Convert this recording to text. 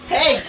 Hey